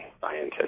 scientists